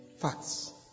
Facts